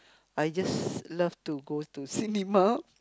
I just love to go to cinema